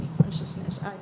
consciousness